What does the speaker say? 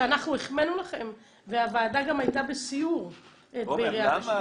אנחנו החמאנו לכם והוועדה גם הייתה בסיור בעיריית אשדוד.